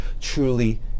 truly